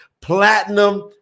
Platinum